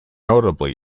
notably